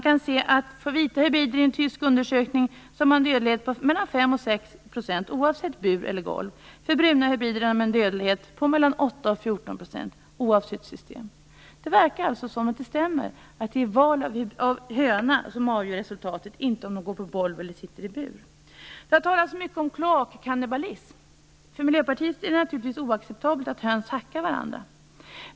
För vita hybrider i en tysk undersökning är dödligheten 5-6 %, oavsett om de hålls i bur eller på golv. För bruna hybrider är dödligheten 8-14 %, oavsett system. Det verkar alltså stämma att det är val av höna som avgör resultatet, inte om hönan går på golv eller sitter i bur. Det har talats mycket om kloakkannibalism. För Miljöpartiet är det naturligtvis oacceptabelt att höns hackar varandra.